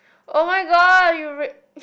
oh-my-god you re~